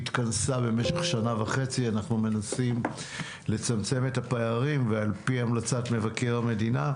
אנחנו מנסים לצמצם את הפערים ועל פי המלצת מבקר המדינה,